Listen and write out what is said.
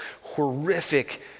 horrific